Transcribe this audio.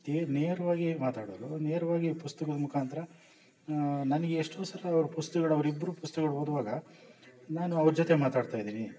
ತೀ ನೇರವಾಗೇ ಮಾತಾಡೋರು ನೇರವಾಗೇ ಪುಸ್ತಕದ ಮುಖಾಂತರ ನನಗೆ ಎಷ್ಟೋ ಸಲ ಅವ್ರ ಪುಸ್ತ್ಗಳ್ ಅವ್ರಿಬ್ರ ಪುಸ್ತಕಗಳ್ ಓದುವಾಗ ನಾನು ಅವ್ರ ಜೊತೆ ಮಾತಾಡ್ತಾ ಇದ್ದೀನಿ